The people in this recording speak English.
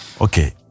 Okay